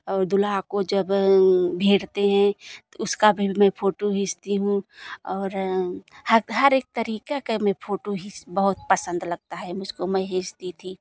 और दूल्हे को जब भेँटते हैं तो उसकी भी मैं फोटो खींचती हूँ और ह हर एक तरीक़े की मैं फोटो खींच बहुत पसंद लगता है मुझको मैं खींचती थी